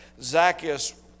Zacchaeus